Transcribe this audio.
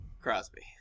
Crosby